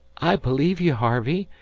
i believe you, harvey.